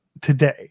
today